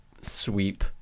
sweep